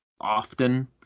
often